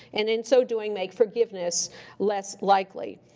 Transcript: and in so doing, make forgiveness less likely.